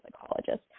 psychologist